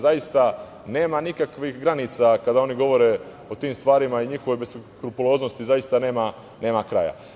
Zaista nema nikakvih granica kada oni govore o tim stvarima i njihovoj beskrupuloznosti zaista nema kraja.